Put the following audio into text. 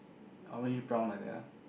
oh very brown like that ah